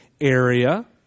area